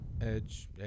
Edge